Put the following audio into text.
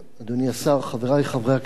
אדוני השר, חברי חברי הכנסת,